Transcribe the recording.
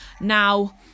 Now